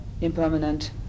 impermanent